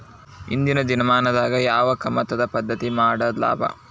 ಇಂದಿನ ದಿನಮಾನದಾಗ ಯಾವ ಕಮತದ ಪದ್ಧತಿ ಮಾಡುದ ಲಾಭ?